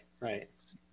right